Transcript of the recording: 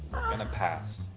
i'm gonna pass.